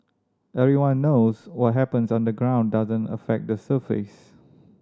everyone knows what happens underground doesn't affect the surface